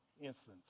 instance